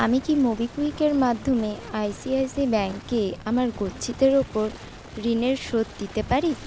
আমি কি মোবিক্যুইকের মাধ্যমে I C I C I ব্যাঙ্কে আমার গচ্ছিতের ওপর ঋণের শোধ দিতে পারি